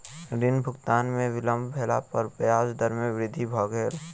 ऋण भुगतान में विलम्ब भेला पर ब्याज दर में वृद्धि भ गेल